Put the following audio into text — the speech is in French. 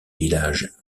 villages